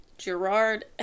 Gerard